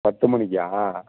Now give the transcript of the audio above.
பத்து மணிக்கா